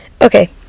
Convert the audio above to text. Okay